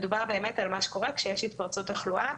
מדובר על מה שקורה כשיש התפרצות תחלואה.